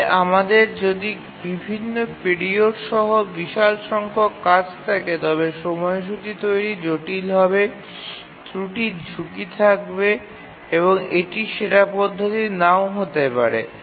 তবে আমাদের যদি বিভিন্ন পিরিয়ড সহ বিশাল সংখ্যক কাজ থাকে তবে সময়সূচী তৈরি জটিল হবে ত্রুটির ঝুঁকি থাকবে এবং এটি সেরা পদ্ধতির নাও হতে পারে